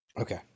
okay